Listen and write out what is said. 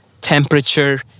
temperature